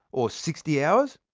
or sixty hours?